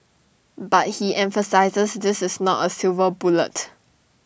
but he emphasises this is not A silver bullet